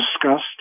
discussed